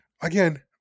again